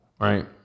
right